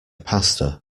pasta